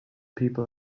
people